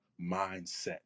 mindset